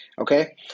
Okay